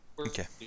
Okay